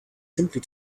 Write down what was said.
simply